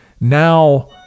now